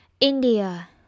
India